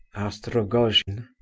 asked rogojin.